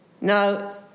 Now